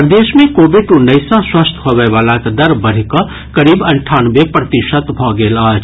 प्रदेश मे कोविड उन्नैस सँ स्वस्थ होबय वलाक दर बढ़िकऽ करीब अंठानवे प्रतिशत भऽ गेल अछि